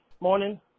Morning